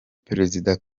perezida